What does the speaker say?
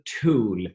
tool